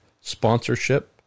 sponsorship